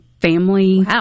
family